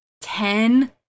ten